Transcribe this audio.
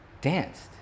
danced